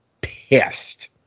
pissed